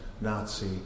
Nazi